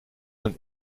een